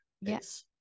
Yes